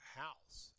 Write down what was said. house